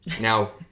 Now